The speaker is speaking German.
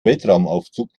weltraumaufzug